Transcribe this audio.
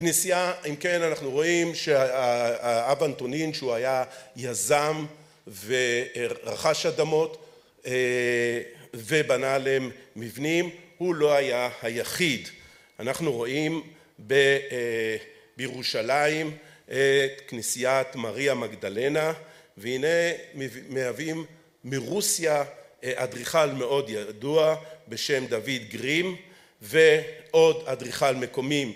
כנסייה, אם כן, אנחנו רואים שהאבנתונין, שהוא היה יזם ורכש אדמות ובנה להם מבנים, הוא לא היה היחיד. אנחנו רואים בירושלים, כניסיית מריה מגדלנה, והנה מייבים מרוסיה אדריכל מאוד ידוע, בשם דוד גרים, ועוד אדריכל מקומי.